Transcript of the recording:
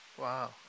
Wow